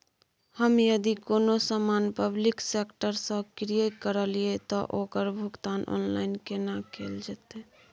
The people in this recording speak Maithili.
हम यदि कोनो सामान पब्लिक सेक्टर सं क्रय करलिए त ओकर भुगतान ऑनलाइन केना कैल जेतै?